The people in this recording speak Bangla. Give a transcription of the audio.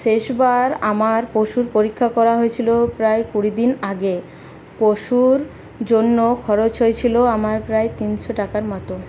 শেষবার আমার পশুর পরীক্ষা করা হয়েছিলো প্রায় কুড়ি দিন আগে পশুর জন্য খরচ হয়েছিল আমার প্রায় তিনশো টাকার মতো